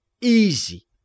easy